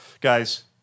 guys